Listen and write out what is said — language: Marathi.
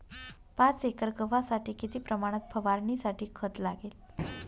पाच एकर गव्हासाठी किती प्रमाणात फवारणीसाठी खत लागेल?